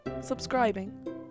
subscribing